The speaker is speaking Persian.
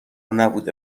نبوده